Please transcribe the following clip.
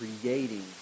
creating